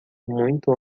muito